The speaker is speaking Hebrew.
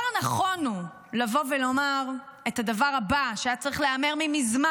"זה הרגע שבו עליכם להוכיח מנהיגות ואומץ.